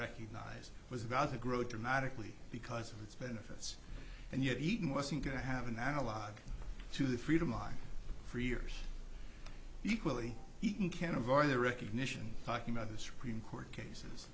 recognized was about to grow dramatically because of its benefits and yet even wasn't going to have an analogue to the freedom line for years equally he can avoid the recognition talking about the supreme court cases